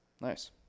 Nice